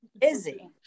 busy